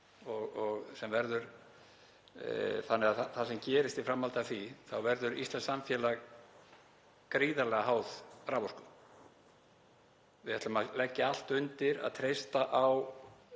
Það sem gerist í framhaldi af því er að þá verður íslenskt samfélag gríðarlega háð raforku. Við ætlum að leggja allt undir að treysta á